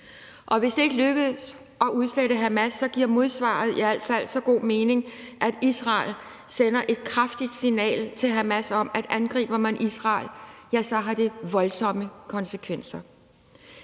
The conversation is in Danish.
og hvis det ikke lykkes at udslette Hamas, giver modsvaret i al fald så god mening, i forhold til at Israel sender et kraftigt signal til Hamas om, at angriber man Israel, har det voldsomme konsekvenser.